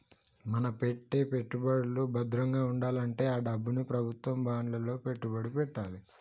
మన పెట్టే పెట్టుబడులు భద్రంగా వుండాలంటే ఆ డబ్బుని ప్రభుత్వం బాండ్లలో పెట్టుబడి పెట్టాలే